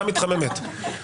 בהגדרת העבירה הקלאסית,